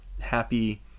happy